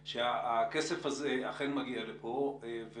אבל מה שאמר גוני לצטר היה שהכסף הזה אכן מגיע לפה ומגיע